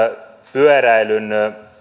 pyöräilyn